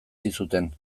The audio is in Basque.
zizuten